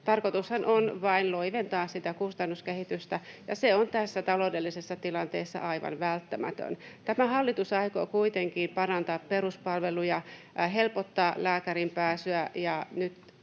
Tarkoitushan on vain loiventaa sitä kustannuskehitystä, ja se on tässä taloudellisessa tilanteessa aivan välttämätön. Tämä hallitus aikoo kuitenkin parantaa peruspalveluja, helpottaa lääkäriin pääsyä, ja nyt